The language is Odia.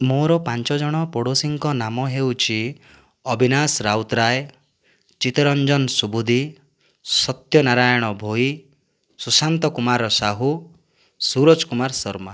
ମୋର ପାଞ୍ଚଜଣ ପଡ଼ୋଶୀଙ୍କ ନାମ ହେଉଛି ଅବିନାଶ ରାଉତରାୟ ଚିତ୍ତରଞ୍ଜନ ସୁବୁଦ୍ଧି ସତ୍ୟନାରାୟଣ ଭୋଇ ସୁଶାନ୍ତ କୁମାର ସାହୁ ସୁରଜ କୁମାର ଶର୍ମା